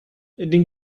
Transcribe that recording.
den